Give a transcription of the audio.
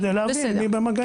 כדי להבין מי בא במגעים.